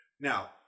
Now